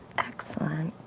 excellent.